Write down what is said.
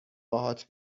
باهات